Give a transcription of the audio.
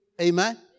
Amen